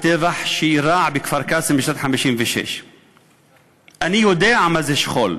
בטבח שאירע בכפר-קאסם בשנת 1956. אני יודע מה זה שכול.